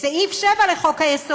בסעיף 7 לחוק-היסוד,